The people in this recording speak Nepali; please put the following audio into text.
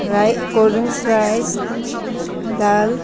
मलाई कोल्ड ड्रिङ्क्स राइस दाल